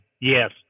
Yes